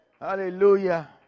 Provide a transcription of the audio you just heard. Hallelujah